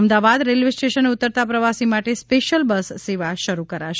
Ahmedabad railway સ્ટેશને ઉતરતા પ્રવાસી માટે સ્પેસિયલ બસ સેવા શરૂ કરાશે